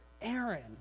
Aaron